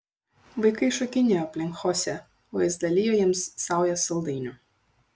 vaikai šokinėjo aplink chosė o jis dalijo jiems saujas saldainių